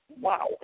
wow